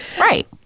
Right